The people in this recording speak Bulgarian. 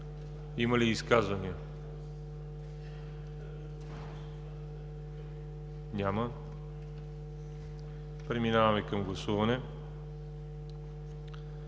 Други изказвания? Няма. Преминаваме към гласуване.